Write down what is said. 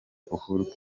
uhuru